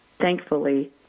Thankfully